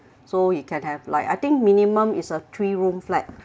so he can have like I think minimum is a three room flat